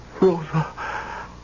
Rosa